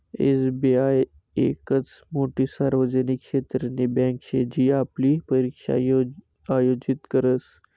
SBI येकच मोठी सार्वजनिक क्षेत्रनी बँके शे जी आपली परीक्षा आयोजित करस